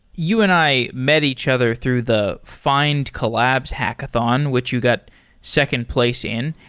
you and i met each other through the findcollabs hackathon, which you got second place in.